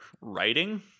writing